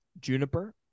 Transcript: juniper